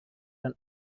dan